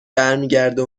برمیگرده